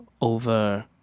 over